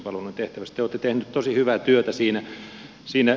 te olette tehnyt tosi hyvää työtä siinä